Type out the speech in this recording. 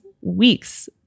weeks